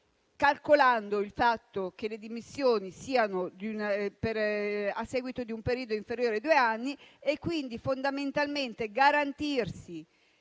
calcolando il fatto che le dimissioni siano a seguito di un periodo inferiore ai due anni e quindi garantirsi